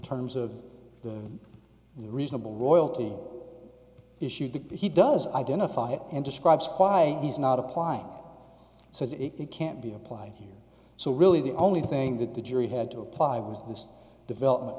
terms of the reasonable royalty issue that he does identify it and describes why he's not applying so it can't be applied here so really the only thing that the jury had to apply was this development